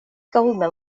goldman